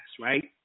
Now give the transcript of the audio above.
right